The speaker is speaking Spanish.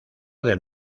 del